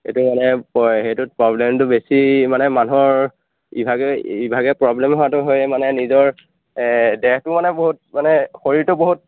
সেইটো মানে সেইটোত প্ৰব্লেমটো বেছি মানে মানুহৰ ইভাগে ইভাগে প্ৰব্লেম হোৱাটো হয়েই মানে নিজৰ দেহটো মানে বহুত মানে শৰীৰটো বহুত